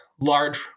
large